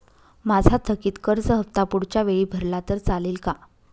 माझा थकीत कर्ज हफ्ता पुढच्या वेळी भरला तर चालेल का?